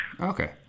Okay